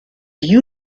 you